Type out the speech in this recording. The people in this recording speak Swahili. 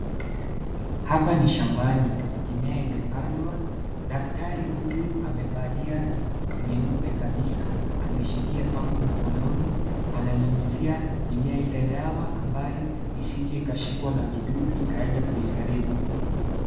Hapa ni shambani ,mimea imepandwa. daktari huyu amevalia nyeupe kabisa ameshikia pampu mkononi ananyunyizia mimea Ile dawa ambayo isije ikashikwa na midudu ikaja kuiharibu.